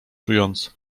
czując